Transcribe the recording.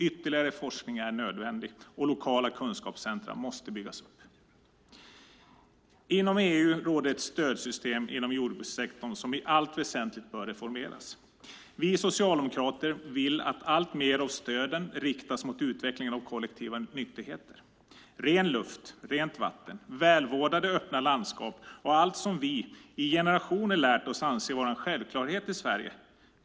Ytterligare forskning är nödvändig, och lokala kunskapscentrum måste byggas upp. Inom EU råder ett stödsystem inom jordbrukssektorn som i allt väsentligt bör reformeras. Vi socialdemokrater vill att alltmer av stöden riktas mot utvecklingen av kollektiva nyttigheter. Det handlar om ren luft, rent vatten, välvårdade öppna landskap och allt som vi i generationer lärt oss anse vara en självklarhet i Sverige.